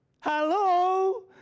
Hello